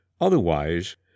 otherwise